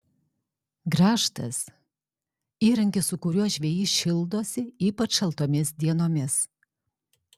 grąžtas įrankis su kuriuo žvejys šildosi ypač šaltomis dienomis